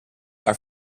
our